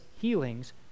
healings